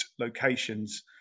locations